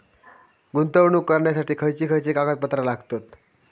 गुंतवणूक करण्यासाठी खयची खयची कागदपत्रा लागतात?